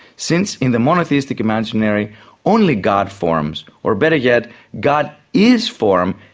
since in the monotheistic imaginary only god forms, or better yet god is form,